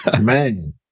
Man